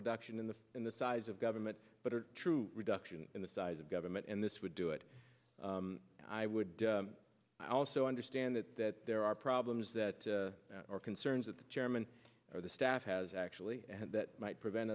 reduction in the in the size of government but are true reduction in the size of government and this would do it and i would also understand that that there are problems that are concerns that the chairman or the staff has actually had that might prevent